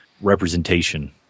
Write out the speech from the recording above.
representation